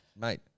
mate